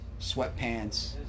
sweatpants